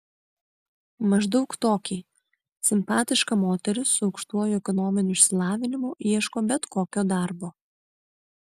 maždaug tokį simpatiška moteris su aukštuoju ekonominiu išsilavinimu ieško bet kokio darbo